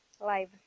live